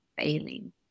failing